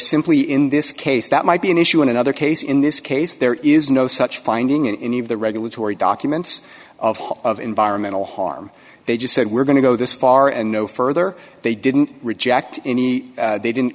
simply in this case that might be an issue in another case in this case there is no such finding in any of the regulatory documents of all of environmental harm they just said we're going to go this far and no further they didn't reject any they didn't